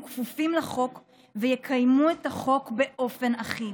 כפופים לחוק ויקיימו את החוק באופן אחיד,